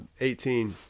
18